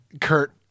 Kurt